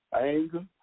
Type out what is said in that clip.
anger